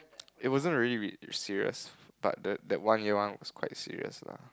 it wasn't really re~ serious but the that one year was quite serious lah